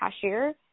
cashier